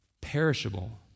perishable